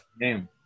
name